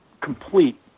complete